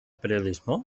periodismo